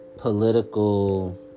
political